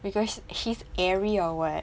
cause she's airy or what